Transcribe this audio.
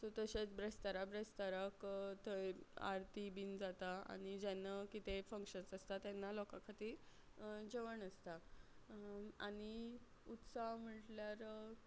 so तशेंच बिरेस्तारा बिरेस्ताराक थंय आरती बीन जाता आनी जेन्ना कितें फंक्शन्स आसता तेन्ना लोकां खातीर जेवण आसता आनी उत्साव म्हटल्यार